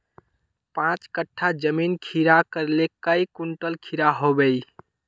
पाँच कट्ठा जमीन खीरा करले काई कुंटल खीरा हाँ बई?